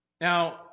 Now